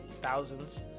thousands